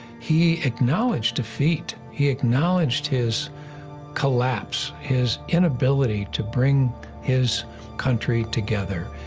he acknowledged defeat, he acknowledged his collapse, his inability to bring his country together.